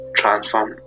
transform